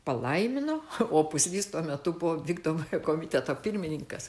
palaimino o puslys tuo metu buvo vykdomojo komiteto pirmininkas